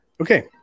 okay